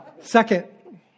Second